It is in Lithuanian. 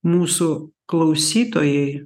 mūsų klausytojai